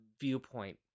viewpoint